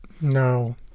No